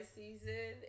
season